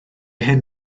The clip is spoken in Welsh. hyn